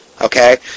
Okay